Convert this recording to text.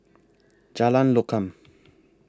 Jalan Lokam